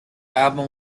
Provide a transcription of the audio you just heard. album